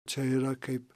čia yra kaip